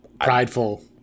prideful